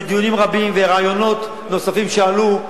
ודיונים רבים ורעיונות נוספים שעלו,